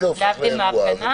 להבדיל מהפגנה,